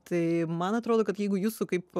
tai man atrodo kad jeigu jūsų kaip